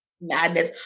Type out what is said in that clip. madness